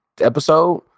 episode